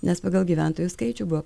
nes pagal gyventojų skaičių buvo